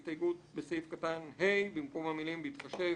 בסעיף קטן (ה), במקום המילים "בהתחשב